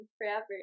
forever